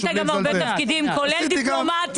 עשית גם הרבה תפקידים, כולל דיפלומטיים.